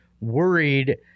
worried